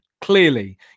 clearly